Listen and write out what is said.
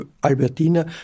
Albertina